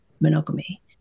monogamy